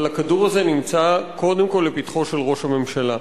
אבל הכדור הזה נמצא קודם כול לפתחו של ראש הממשלה.